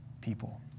people